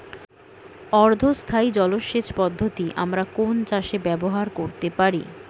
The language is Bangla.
অর্ধ স্থায়ী জলসেচ পদ্ধতি আমরা কোন চাষে ব্যবহার করতে পারি?